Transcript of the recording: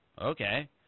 okay